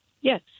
Yes